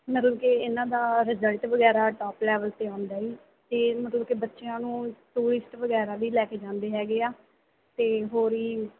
ਮਤਲਬ ਕਿ ਇਹਨਾਂ ਦਾ ਰਿਜਲਟ ਵਗੈਰਾ ਟੋਪ ਲੈਵਲ 'ਤੇ ਆਉਂਦਾ ਜੀ ਅਤੇ ਮਤਲਬ ਕਿ ਬੱਚਿਆਂ ਨੂੰ ਟੂਰਿਸਟ ਵਗੈਰਾ ਵੀ ਲੈ ਕੇ ਜਾਂਦੇ ਹੈਗੇ ਆ ਅਤੇ ਹੋਰ ਵੀ